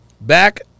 Back